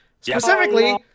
specifically